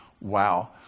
wow